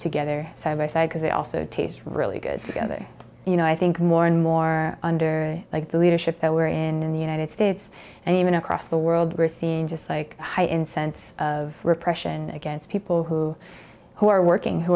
together side by side because it also tastes really good you know i think more and more under the leadership that we're in in the united states and even across the world we're seeing just like a high in sense of repression against people who who are working who